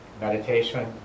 meditation